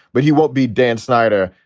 but he won't be dan snyder.